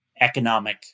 economic